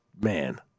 Man